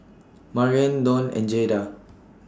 Maryanne Donn and Jaeda